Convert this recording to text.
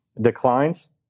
declines